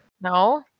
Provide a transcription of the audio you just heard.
no